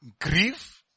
Grief